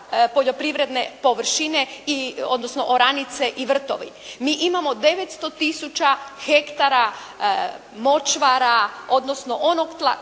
poljoprivredne površine i odnosno oranice i vrtovi. Mi imamo 900 tisuća hektara močvara, odnosno onog tla